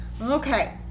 Okay